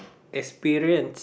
experience